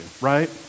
right